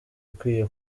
ukwiye